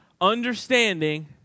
understanding